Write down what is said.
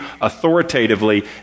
authoritatively